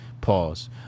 pause